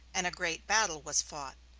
and a great battle was fought.